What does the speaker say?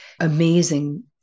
amazing